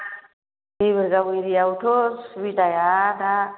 देबोरगाव एरियायावथ' सुबिदाया दा